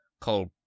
called